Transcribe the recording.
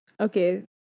Okay